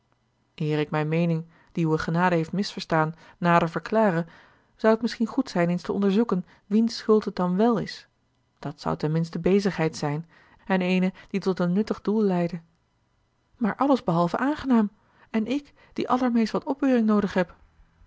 ik mijne meening die uwe genade heeft misverstaan nader verklare zou t misschien goed zijn eens te onderzoeken wiens schuld het dan wel is dat zou ten minste bezigheid zijn en eene die tot een nuttig doel leidde maar allesbehalve aangenaam en ik die allermeest wat opbeuring noodig heb